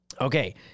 Okay